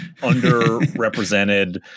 underrepresented